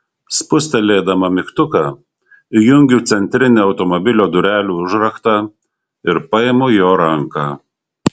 spustelėdama mygtuką įjungiu centrinį automobilio durelių užraktą ir paimu jo ranką